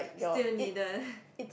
still needed